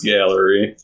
Gallery